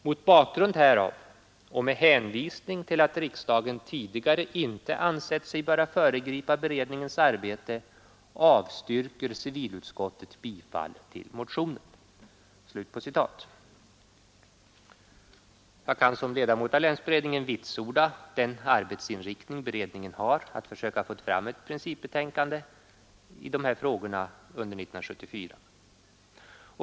Mot bakgrund härav och med hänvisning till att riksdagen tidigare inte ansett sig böra föregripa beredningens arbete avstyrker civilutskottet bifall till motionen.” Jag kan som ledamot av länsberedningen vitsorda den arbetsinriktning beredningen har att försöka få fram ett principbetänkande i dessa frågor under 1974.